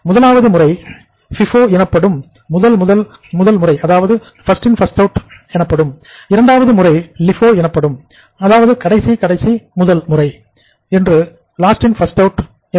முதலாவது முறை FIFO எனப்படும் அதாவது பஸ்ட் இன் பஸ்ட் அவுட் முறை